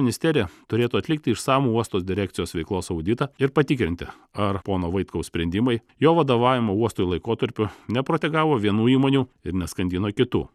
ministerija turėtų atlikti išsamų uosto direkcijos veiklos auditą ir patikrinti ar pono vaitkaus sprendimai jo vadovavimo uostui laikotarpiu neprotegavo vienų įmonių ir neskandino kitų